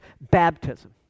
baptism